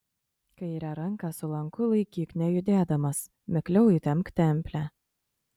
kairę ranką su lanku laikyk nejudėdamas mikliau įtempk templę